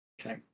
Okay